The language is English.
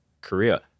Korea